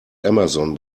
amazon